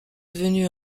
devenu